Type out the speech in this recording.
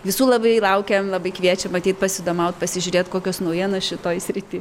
visų labai laukiam labai kviečiam ateiti pasidomaut pasižiūrėti kokios naujienos šitoj srity